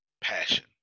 passion